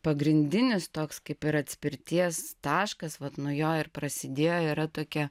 pagrindinis toks kaip ir atspirties taškas vat nuo jo ir prasidėjo yra tokie